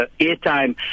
airtime